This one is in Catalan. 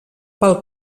pel